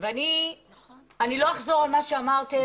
לא אחזור על מה שאמרתם,